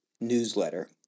newsletter